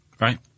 Right